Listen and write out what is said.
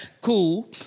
Cool